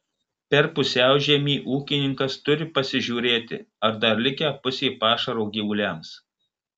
per pusiaužiemį ūkininkas turi pasižiūrėti ar dar likę pusė pašaro gyvuliams